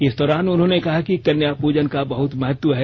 इस दौरान उन्होंने कहा कि कन्या प्रजन का बहुत महत्व है